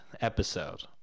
episode